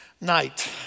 night